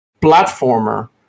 platformer